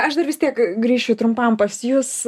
aš dar vis tiek grįšiu trumpam pas jus